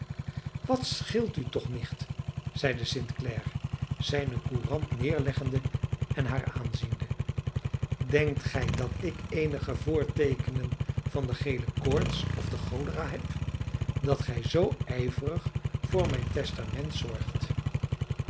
wat scheelt u toch nicht zeide st clare zijne courant neerleggende en haar aanziende denkt gij dat ik eenige voorteekenen van de gele koorts of de cholera heb dat gij zoo ijverig voor mijn testament zorgt